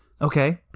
Okay